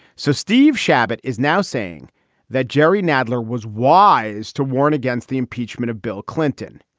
so steve chabot is now saying that jerry nadler was wise to warn against the impeachment of bill clinton.